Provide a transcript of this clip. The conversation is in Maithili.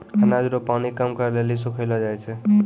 अनाज रो पानी कम करै लेली सुखैलो जाय छै